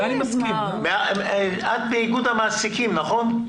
את באיגוד המעסיקים, נכון?